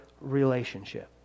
relationship